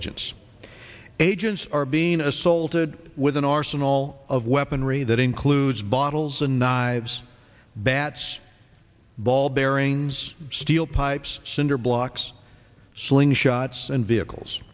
agents agents are being assaulted with an arsenal of weaponry that includes bottles and knives bats ball bearings steel pipes cinder blocks sling shots and vehicles